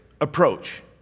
approach